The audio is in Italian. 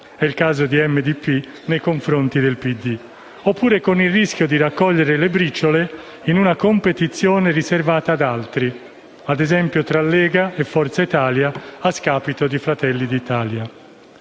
(è il caso di MDP nei confronti del PD) oppure col rischio di raccogliere le briciole in una competizione riservata ad altri (ad esempio tra Lega e Forza Italia, a scapito di Fratelli d'Italia).